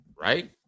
right